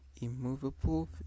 immovable